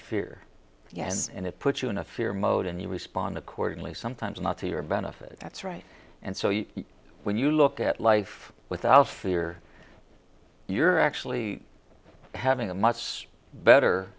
fear yes and it puts you in a fear mode and you respond accordingly sometimes not to your benefit that's right and so when you look at life without fear you're actually having a much better